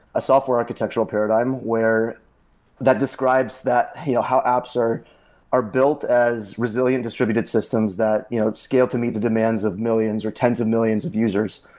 a software architectural paradigm that describes that you know how apps are are built as resilient distributed systems that you know scale to meet the demands of millions, or tens of millions of users.